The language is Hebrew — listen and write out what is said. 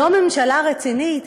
זו ממשלה רצינית?